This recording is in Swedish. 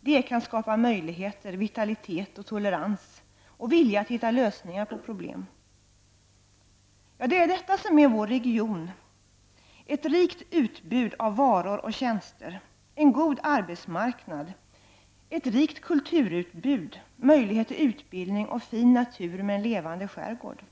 Det kan skapa möjligheter, vitalitet och tolerans och vilja att hitta lösningar på problem. Det är detta som är vår region, ett rikt utbud av varor och tjänster, en god arbetsmarknad, ett rikt kulturutbud, möjlighet till utbildning och fin natur med en levande skärgård.